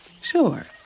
Sure